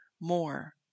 more